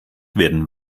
werden